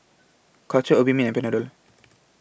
Caltrate Obimin and Panadol